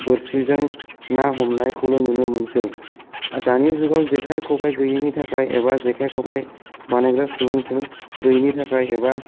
बोर्सिजों ना हमनायखौल' नुनो मोनसै दानि जुगाव जेखाय खबाय गयैनि थाखाय एबा जेखाय खबाय बानायग्रा सुबुंफोर गयैनि थाखाय एबा